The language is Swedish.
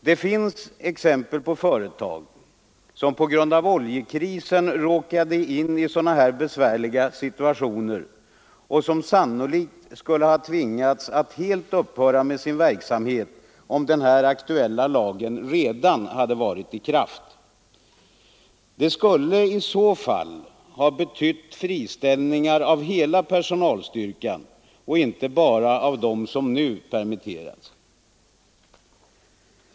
Det finns exempel på företag som på grund av oljekrisen råkade i sådana besvärliga situationer och som sannolikt skulle ha tvingats att helt upphöra med sin verksamhet, om den här aktuella lagen redan hade varit i kraft. Det skulle i så fall ha betytt friställningar av hela personalstyrkan och inte bara av dem som nu permitterats.